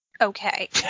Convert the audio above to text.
okay